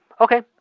Okay